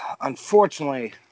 unfortunately